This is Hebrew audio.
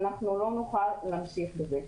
לא נוכל להמשיך בזה.